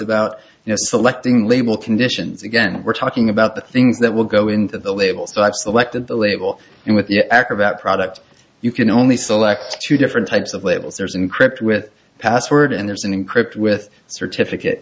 know selecting label conditions again we're talking about the things that will go into the labels that selected the label and with the acrobat product you can only select two different types of labels there's encrypt with password and there's encrypt with certificate